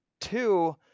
two